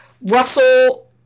Russell